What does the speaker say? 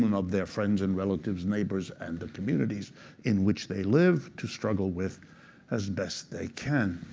and of their friends and relatives, neighbors and the communities in which they live to struggle with as best they can.